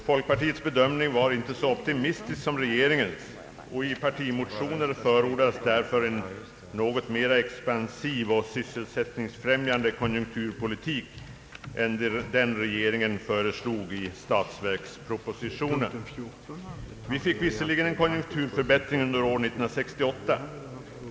Folkpartiets bedömning var inte så optimistisk som regeringens, och i partimotioner förordades därför en något mera expansiv och sysselsättningsfrämjande konjunkturpolitik än den regeringen föreslog i statsverkspropositionen. Vi fick visserligen en konjunkturförbättring under år 1968.